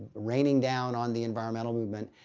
raining down on the environmental movement,